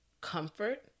comfort